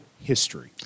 history